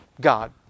God